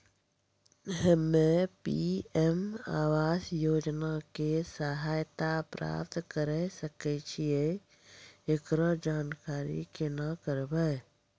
हम्मे पी.एम आवास योजना के सहायता प्राप्त करें सकय छियै, एकरो जानकारी केना करबै?